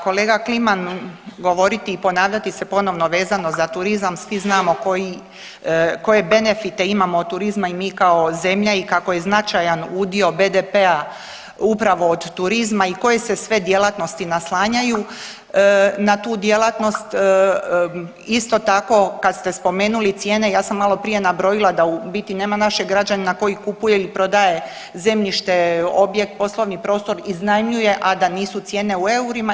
kolega Kliman, govoriti i ponavljati se ponovno vezano za turizam svi znamo koje benefite imamo od turizma i mi kao zemlja i kako je značajan udio BDP-a upravo od turizma i koje se sve djelatnosti naslanjaju na tu djelatnost, isto tako kad ste spomenuli cijene ja sam malo prije nabrojila da u biti nema našeg građanina koji kupuje ili prodaje zemljište, objekt, poslovni prostor, iznajmljuje a da nisu cijene u eurima.